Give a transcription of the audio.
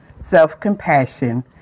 self-compassion